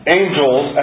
angels